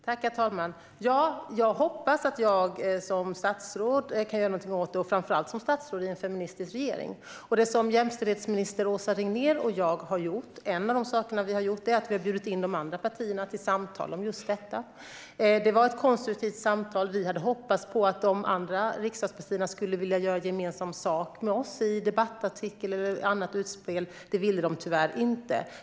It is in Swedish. Herr talman! Ja, jag hoppas att jag som statsråd kan göra någonting åt det, och framför allt som statsråd i en feministisk regering. En av de saker som jämställdhetsminister Åsa Regnér och jag har gjort är att vi har bjudit de andra partierna till samtal om just detta. Det var ett konstruktivt samtal. Vi hade hoppats på att de andra riksdagspartierna skulle vilja göra gemensam sak med oss i en debattartikel eller i annat utspel. Det ville de tyvärr inte.